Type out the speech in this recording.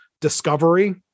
discovery